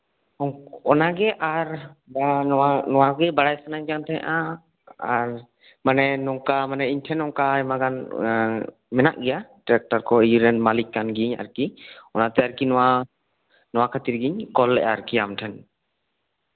ᱟᱨ ᱚᱱᱟᱜᱮ ᱱᱚᱣᱟᱜᱮ ᱵᱟᱲᱟᱭ ᱥᱟᱱᱟᱧ ᱠᱟᱱ ᱛᱟᱸᱦᱮᱜᱼᱟ ᱢᱟᱱᱮ ᱱᱚᱝᱠᱟ ᱤᱧᱴᱷᱮᱱ ᱱᱚᱝᱠᱟ ᱛᱷᱚᱲᱟᱜᱟᱱ ᱢᱮᱱᱟᱜ ᱜᱮᱭᱟ ᱴᱨᱟᱠᱴᱟᱨ ᱠᱚᱨᱮᱱ ᱢᱟᱞᱤᱠ ᱠᱟᱱ ᱜᱮᱭᱟᱧ ᱟᱨᱠᱤ ᱚᱱᱟᱛᱮ ᱟᱨᱠᱤ ᱱᱚᱣᱟ ᱞᱟᱹᱜᱤᱫᱛᱮᱧ ᱠᱚᱞ ᱞᱮᱫᱟ ᱟᱢ ᱴᱷᱮᱱ